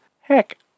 Heck